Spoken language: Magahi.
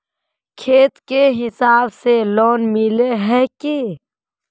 खेत के हिसाब से लोन मिले है की?